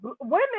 Women